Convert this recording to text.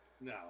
No